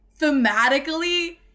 thematically